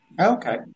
Okay